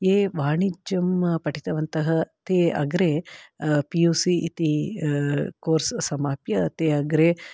ये वाणिज्यं पठितवन्तः ते अग्रे पी यू सी इति कोर्स् समाप्य ते अग्रे